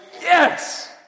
Yes